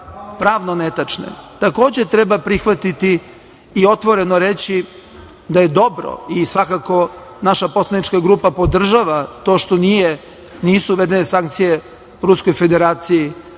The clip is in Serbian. pravno netačne. Takođe treba prihvatiti i otvoreno reći da je dobro i svako naša poslanička grupa podržava to što nisu uvedene sankcije Ruskoj Federaciji,